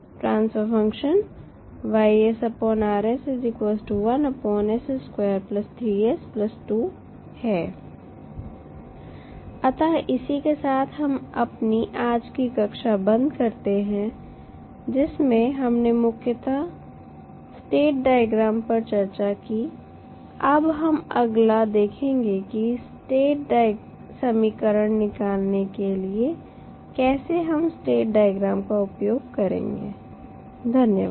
transfer function है अतः इसी के साथ हम अपनी आज की कक्षा बंद करते हैं जिसमें हमने मुख्यतः स्टेट डायग्राम पर चर्चा की अब हम अगला देखेंगे कि स्टेट समीकरण निकालने के लिए कैसे हम स्टेट डायग्राम का उपयोग करेंगे धन्यवाद